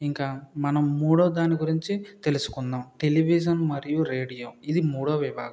ఇంకా మనం మూడవ దాని గురించి తెలుసుకుందాం టెలివిజన్ మరియు రేడియో ఇది మూడవ విభాగం